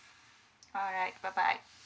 alright bye bye